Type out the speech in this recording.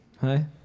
Hi